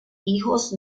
hijos